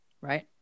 Right